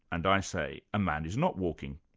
and i say a man is not walking.